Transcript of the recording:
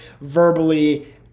verbally